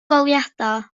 goleuadau